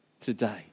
today